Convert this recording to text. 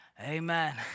Amen